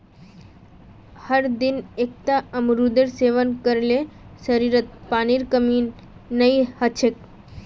हरदिन एकता अमरूदेर सेवन कर ल शरीरत पानीर कमी नई ह छेक